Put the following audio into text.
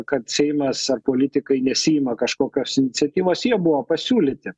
kad seimas ar politikai nesiima kažkokios iniciatyvos jie buvo pasiūlyti